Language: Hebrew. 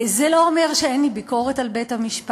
זה לא אומר שאין לי ביקורת על בית-המשפט.